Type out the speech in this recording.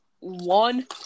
One